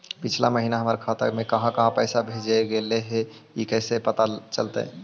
पिछला महिना हमर खाता से काहां काहां पैसा भेजल गेले हे इ कैसे पता चलतै?